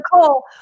Nicole